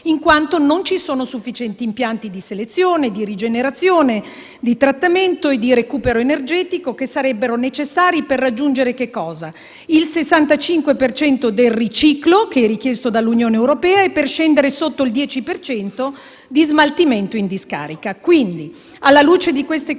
in quanto non ci sono sufficienti impianti di selezione, di rigenerazione, di trattamento e di recupero energetico, che sarebbero necessari per raggiungere il 65 per cento del riciclo, percentuale richiesta dall'Unione europea, e per scendere sotto il 10 per cento di smaltimento in discarica. Quindi, alla luce di queste considerazioni,